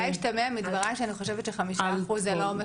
אולי השתמע מדבריי שאני חושבת ש-5% זה לא משמעותי.